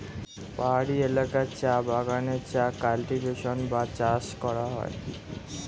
পাহাড়ি এলাকায় চা বাগানে চা কাল্টিভেশন বা চাষ করা হয়